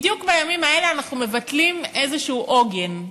בדיוק בימים האלה אנחנו מבטלים איזה עוגן,